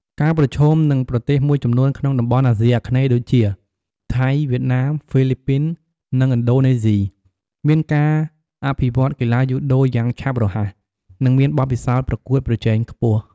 កាប្រឈមនឹងប្រទេសមួយចំនួនក្នុងតំបន់អាស៊ីអាគ្នេយ៍ដូចជា ថៃ វៀតណាម ហ្វីលីពីន និងឥណ្ឌូនេស៊ី មានការអភិវឌ្ឍន៍កីឡាយូដូយ៉ាងឆាប់រហ័ស និងមានបទពិសោធន៍ប្រកួតប្រជែងខ្ពស់ ។